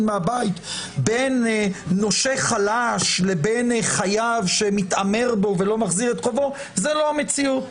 מהבית בין נושה חלש לבין חייב שמתעמר בו ולא מחזיר את חובו זה לא המציאות,